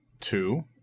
two